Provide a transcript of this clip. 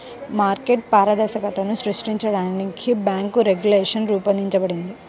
market పారదర్శకతను సృష్టించడానికి bank regulation రూపొందించబడింది